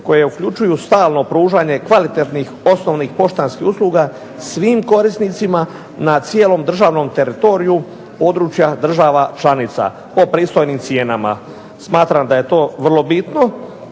koje uključuju stalno pružanje kvalitetnih osnovnih poštanskih usluga svim korisnicima na cijelom državnom teritoriju područja država članica po pristojnim cijenama. Smatram da je to vrlo bitno